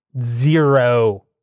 Zero